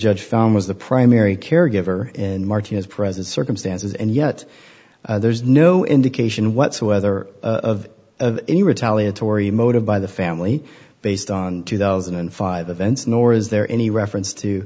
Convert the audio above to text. judge found was the primary caregiver and martinez present circumstances and yet there's no indication whatsoever of any retaliatory motive by the family based on two thousand and five events nor is there any reference to